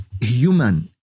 human